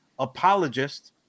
apologist